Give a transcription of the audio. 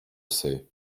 sais